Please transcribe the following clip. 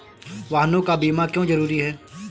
वाहनों का बीमा क्यो जरूरी है?